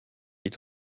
est